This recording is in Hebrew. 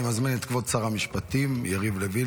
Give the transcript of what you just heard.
אני מזמין את כבוד שר המשפטים יריב לוין